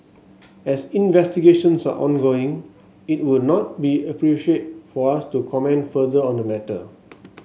as investigations are ongoing it would not be appropriate for us to comment further on the matter